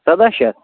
سداہ شیٚتھ